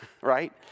right